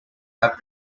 have